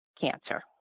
cancer